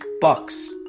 Bucks